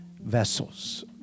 vessels